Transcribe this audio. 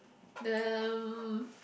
the